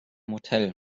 hotel